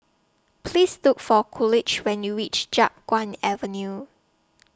Please Look For Coolidge when YOU REACH Chiap Guan Avenue